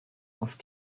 auf